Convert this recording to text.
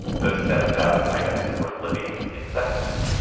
those seven thousand items were living insects.